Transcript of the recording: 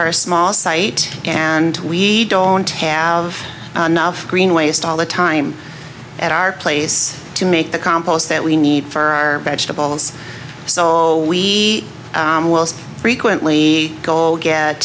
a small site and we don't have enough green waste all the time at our place to make the compost that we need for our vegetables so we frequently go